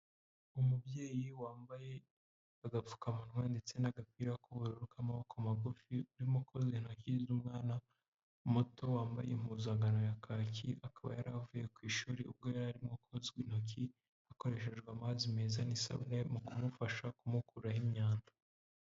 Umubyeyi wambaye agapfukamunwa ndetse n'agapira k'ubururu k'amaboko magufi, urimo koza intoki z'umwana muto wambaye impuzankano ya kaki, akaba yari avuye ku ishuri ubwo yarimo kozwa intoki hakoreshejwe amazi meza n'isabune mu kumufasha kumukuraho imyanda.